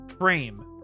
frame